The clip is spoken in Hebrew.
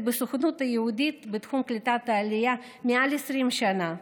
בסוכנות היהודית בתחום קליטת העלייה מעל 20 שנה,